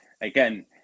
again